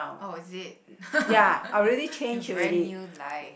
oh is it your very new life